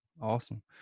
Awesome